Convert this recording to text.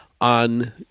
on